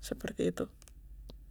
seperti itu.